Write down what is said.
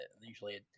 usually